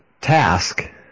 task